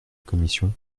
commission